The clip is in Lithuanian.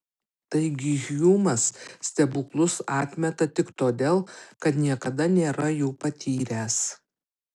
taigi hjumas stebuklus atmeta tik todėl kad niekada nėra jų patyręs